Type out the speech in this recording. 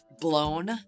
blown